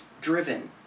driven